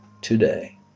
today